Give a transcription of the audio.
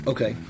Okay